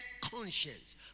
conscience